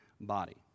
body